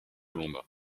londres